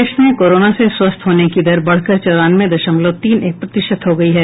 प्रदेश में कोरोना से स्वस्थ होने की दर बढ़कर चौरानवे दशमलव तीन एक प्रतिशत हो गई है